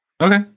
okay